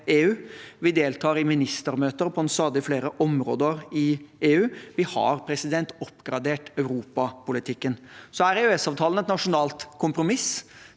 vi deltar i ministermøter på stadig flere områder i EU. Vi har oppgradert europapolitikken. Så er EØS-avtalen et nasjonalt kompromiss.